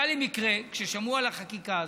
היה לי מקרה, כששמעו על החקיקה הזאת,